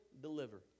deliver